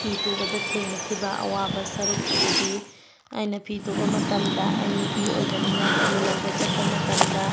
ꯐꯤ ꯇꯨꯕꯗ ꯊꯦꯡꯅꯈꯤꯕ ꯑꯋꯥꯕ ꯁꯔꯨꯛ ꯑꯗꯨꯗꯤ ꯑꯩꯅ ꯐꯤ ꯇꯨꯕ ꯃꯇꯝꯗ ꯑꯩ ꯅꯨꯄꯤ ꯑꯣꯏꯕꯅꯤꯅ ꯐꯤ ꯂꯧꯕ ꯆꯠꯄ ꯃꯇꯝꯗ